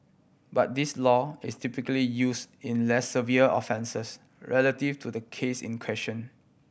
but this law is typically use in less severe offences relative to the case in question